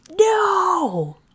No